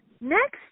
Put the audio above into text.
Next